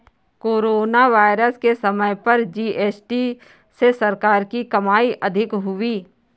corona virus के समय पर जी.एस.टी से सरकार की कमाई अधिक हुई